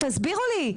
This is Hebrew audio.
תסבירו לי?